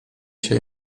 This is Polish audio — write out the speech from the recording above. się